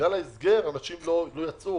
בגלל ההסגר אנשים לא יצאו,